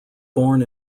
born